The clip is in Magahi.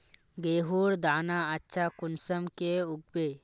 गेहूँर दाना अच्छा कुंसम के उगबे?